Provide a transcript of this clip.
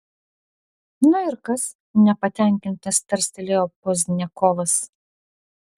na ir kas nepatenkintas tarstelėjo pozdniakovas